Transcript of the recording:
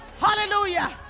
Hallelujah